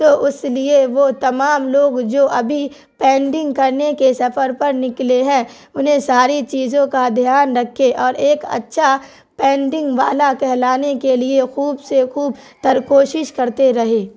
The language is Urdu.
تو اس لیے وہ تمام لوگ جو ابھی پینڈنگ کرنے کے سفر پر نکلے ہے انہیں ساری چیزوں کا دھیان رکھے اور ایک اچھا پینٹنگ والا کہلانے کے لیے خوب سے خوب تر کوشش کرتے رہے